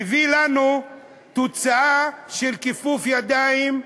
מביא לנו תוצאה של כיפוף ידיים,